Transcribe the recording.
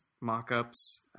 mock-ups